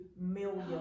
million